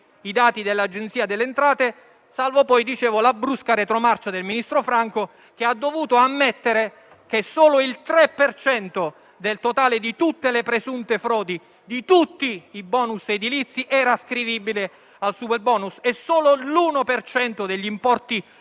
i dati dell'Agenzia delle entrate, la brusca retromarcia del ministro Franco. Il Ministro ha dovuto ammettere che solo il 3 per cento del totale di tutte le presunte frodi di tutti i bonus edilizi era ascrivibile al superbonus e solo l'1 per cento degli importi